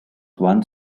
one